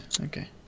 okay